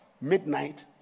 midnight